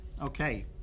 Okay